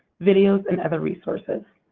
videos, and other resources.